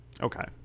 Okay